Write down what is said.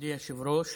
מכובדי היושב-ראש.